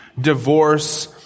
divorce